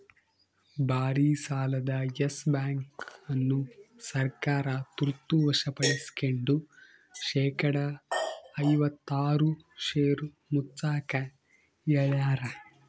ಭಾರಿಸಾಲದ Yes Bank ಅನ್ನು ಸರ್ಕಾರ ತುರ್ತ ವಶಪಡಿಸ್ಕೆಂಡು ಶೇಕಡಾ ಐವತ್ತಾರು ಷೇರು ಮುಚ್ಚಾಕ ಹೇಳ್ಯಾರ